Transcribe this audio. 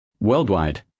Worldwide